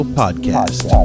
podcast